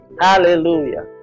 Hallelujah